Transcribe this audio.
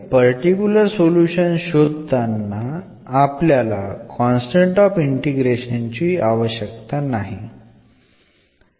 particular solution കണ്ടെത്തുമ്പോൾ ഈ constant of integration നമുക്ക് ആവശ്യമില്ല